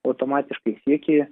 automatiškai sieki